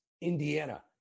Indiana